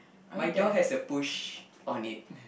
my door has a push on it